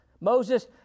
Moses